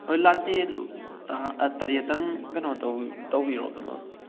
ꯂꯥꯇꯦꯗꯨ ꯇꯔꯦꯠꯇꯪ ꯀꯩꯅꯣ ꯇꯧꯕꯤꯔꯛꯑꯣ ꯑꯗꯨꯃ